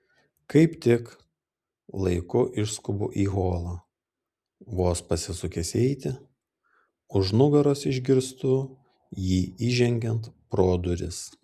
kaip tik laiku išskubu į holą vos pasisukęs eiti už nugaros išgirstu jį įžengiant pro duris